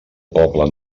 poble